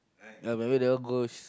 uh maybe that one go